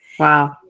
Wow